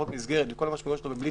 חוק מסגרת עם כל המשמעויות שלו בבליץ